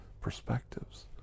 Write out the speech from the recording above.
perspectives